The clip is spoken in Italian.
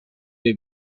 dei